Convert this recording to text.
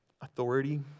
Authority